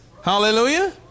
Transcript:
Hallelujah